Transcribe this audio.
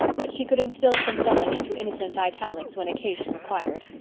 but she could instill some venom into innocent italics when occasion required.